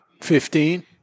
Fifteen